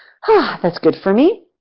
ah that's good for me,